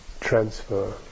transfer